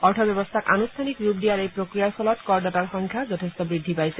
অৰ্থ ব্যৱস্থাক আনুষ্ঠানিক ৰূপ দিয়াৰ এই প্ৰক্ৰিয়াৰ ফলত কৰদাতাৰ সংখ্যা যথেষ্ট বৃদ্ধি পাইছে